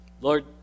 Lord